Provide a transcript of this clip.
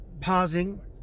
pausing